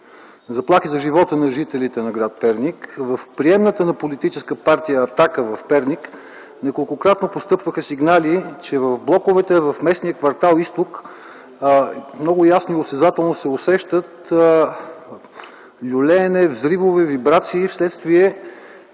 заплахата за живота на жителите на гр. Перник. В приемната на Политическа партия „Атака” в Перник неколкократно постъпваха сигнали, че в блоковете в местния кв. „Изток” ясно и осезателно се усещат люлеене, взривове, вибрации вследствие